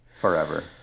forever